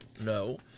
no